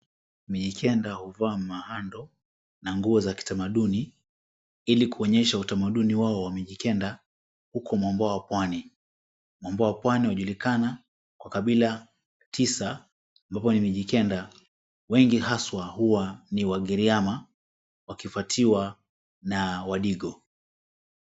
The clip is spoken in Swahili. Mijikenda huvaa mahando na nguo za kitamaduni ili kuonyesha utamaduni wao wa Mijikenda huko mwambao wa pwani. Mwambao wa pwani wajulikana kwa kabila tisa ambapo ni Mijikenda. Wengi haswa huwa ni wagiriama wakifuatiwa na wadigo.